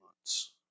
months